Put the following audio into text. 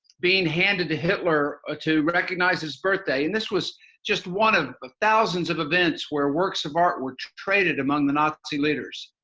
being handed to hitler ah to recognize his birthday. and this was just one of but thousands of events where works of art were traded among the nazi leaders.